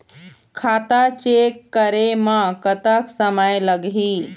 खाता चेक करे म कतक समय लगही?